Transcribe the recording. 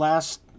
Last